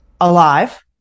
alive